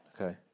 okay